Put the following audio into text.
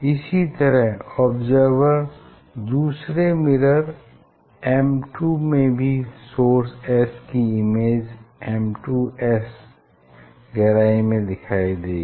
इसी तरह आब्जर्वर दूसरे मिरर M2 में भी सोर्स S की इमेज M2S गहराई में दिखाई देगी